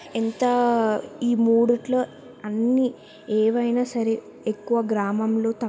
ఎంత ఈ మూడిట్లో అన్నీ ఏవైనా సరే ఎక్కువ గ్రామంలో తక్కు